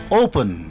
open